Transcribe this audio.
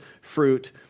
fruit